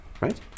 right